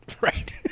Right